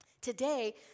Today